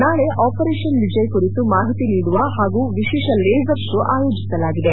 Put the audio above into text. ನಾಳೆ ಆಪರೇಷನ್ ವಿಜಯ್ ಕುರಿತು ಮಾಹಿತಿ ನೀಡುವ ಹಾಗೂ ವಿಶೇಷ ಲೇಸರ್ ಶೋ ಆಯೋಜಿಸಲಾಗಿದೆ